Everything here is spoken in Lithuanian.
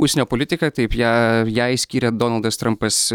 užsienio politiką taip ją jai skiria donaldas trampas